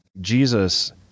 Jesus